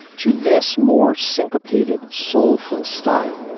to this more syncopated, soulful style